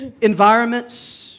environments